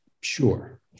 sure